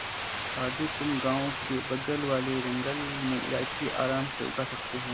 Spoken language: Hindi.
राजू तुम गांव के बगल वाले जंगल में इलायची आराम से उगा सकते हो